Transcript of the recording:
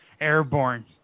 airborne